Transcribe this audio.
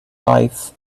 life